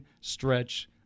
stretch